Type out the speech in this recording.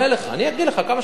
אני אגיד לך, כמה שאנחנו רוצים,